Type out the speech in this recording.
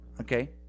Okay